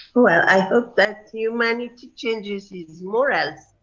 well i hope that humanity changes his morals,